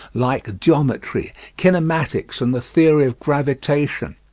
like geometry, kinematics, and the theory of gravitation.